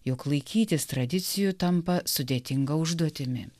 jog laikytis tradicijų tampa sudėtinga užduotimi